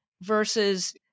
versus